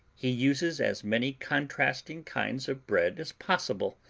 he uses as many contrasting kinds of bread as possible,